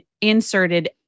inserted